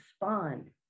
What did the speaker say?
respond